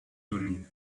turing